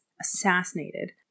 assassinated